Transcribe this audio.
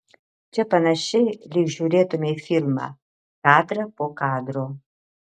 čia panašiai lyg žiūrėtumei filmą kadrą po kadro